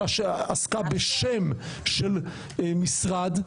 שעסקה בשם של משרד,